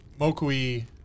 Mokui